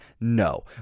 No